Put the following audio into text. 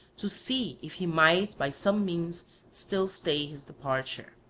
to see if he might by some means still stay his departure.